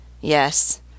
Yes